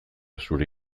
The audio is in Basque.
zure